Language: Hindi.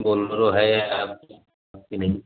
बोलरो है या कि नहीं